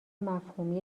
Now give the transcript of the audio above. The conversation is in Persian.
مفهومی